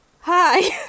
Hi